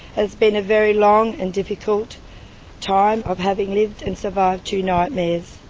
it's been a very long and difficult time, of having lived and survived two nightmares.